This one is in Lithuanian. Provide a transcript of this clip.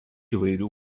įvairių